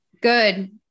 Good